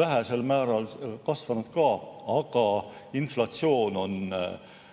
vähesel määral kasvanud, aga inflatsioon on